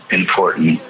important